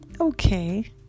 Okay